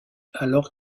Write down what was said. alors